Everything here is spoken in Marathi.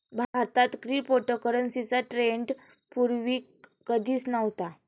भारतात क्रिप्टोकरन्सीचा ट्रेंड पूर्वी कधीच नव्हता